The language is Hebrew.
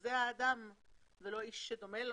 שזה האדם וזה לא איש שדומה לו.